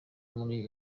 muri